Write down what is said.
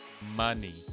money